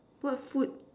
what food